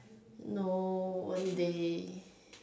no one day